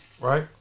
Right